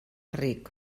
ric